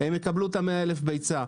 הם יקבלו את ה-100,000 ביצה.